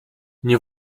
nie